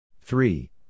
Three